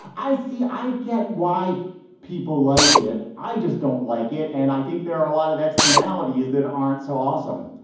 i see i get why people like it. i just don't like it. and i think there are a lot of externality is that aren't so awesome.